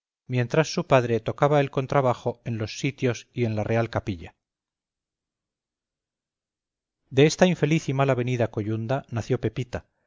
mientras su padre tocaba el contrabajo en los sitios y en la real capilla de esta infeliz y mal avenida coyunda nació pepita